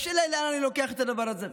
השאלה לאן אני לוקח את הדבר הזה.